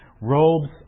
robes